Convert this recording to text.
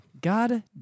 God